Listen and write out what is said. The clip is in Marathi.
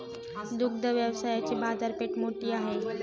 दुग्ध व्यवसायाची बाजारपेठ मोठी आहे